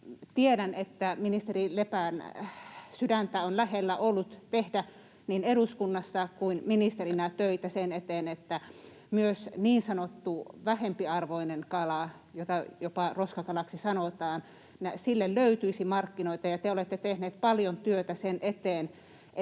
Tiedän, että ministeri Lepän sydäntä on lähellä ollut tehdä niin eduskunnassa kuin ministerinä töitä sen eteen, että myös niin sanotulle vähempiarvoiselle kalalle, jota jopa roskakalaksi sanotaan, löytyisi markkinoita. Te olette tehnyt paljon työtä sen eteen,